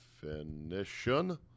Definition